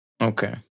Okay